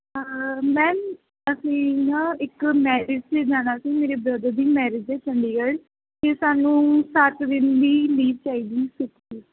ma'am ਅਸੀਂ ਨਾ ਇੱਕ ਮੈਰਿਜ 'ਚ ਜਾਣਾ ਸੀ ਮੇਰੇ ਬਰਦਰ ਦੀ ਮੈਰਿਜ ਹੈ ਚੰਡੀਗੜ੍ਹ ਅਤੇ ਸਾਨੂੰ ਸੱਤ ਦਿਨ ਦੀ ਲੀਵ ਚਾਹੀਦੀ